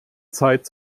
zeit